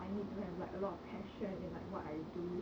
I need to have like a lot of passion in like what I do